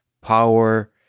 Power